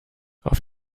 auf